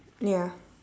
ya